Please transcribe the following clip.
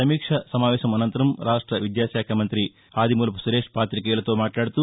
సమీక్షా సమావేశం అనంతరం రాష్ట విద్యాశాఖమంత్రి ఆదిమూలపు సురేష్ పాతికేయులతో మాట్లాడుతూ